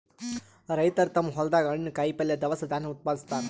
ರೈತರ್ ತಮ್ಮ್ ಹೊಲ್ದಾಗ ಹಣ್ಣ್, ಕಾಯಿಪಲ್ಯ, ದವಸ ಧಾನ್ಯ ಉತ್ಪಾದಸ್ತಾರ್